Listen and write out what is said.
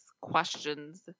questions